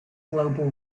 global